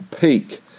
peak